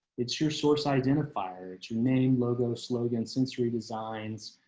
it's your source identifier to name logo slogan sensory designs.